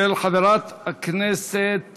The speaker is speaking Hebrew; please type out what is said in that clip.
של חברת הכנסת